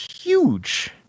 huge